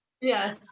Yes